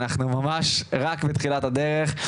אנחנו ממש רק בתחילת הדרך,